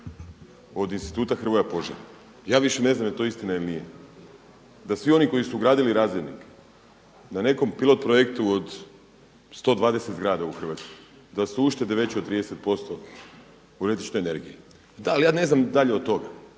od Instituta Hrvoje Požar. Ja više ne znam da li je to istina ili nije, da svi oni koji su ugradili razdjelnik na nekom pilot projektu od 120 zgrada u Hrvatskoj, da su uštede već od 30% u električnoj energiji. Da, ali ja ne znam dalje od toga.